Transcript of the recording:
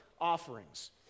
offerings